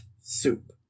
soup